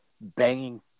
banging